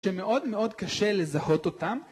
שמאוד מאוד קשה לזהות אותם